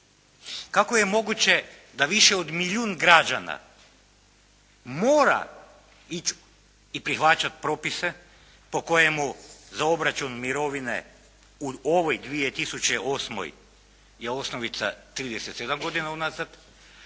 Kako je moguće da više od milijun građana mora ići i prihvaćati propise po kojemu za obračun mirovine u ovoj 2008. je osnovica 37 godina unazad,